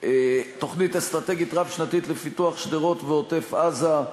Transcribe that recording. תוכנית אסטרטגית רב-שנתית לפיתוח שדרות ועוטף-עזה,